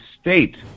state